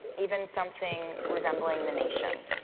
even something resembling the nation.